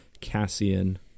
Cassian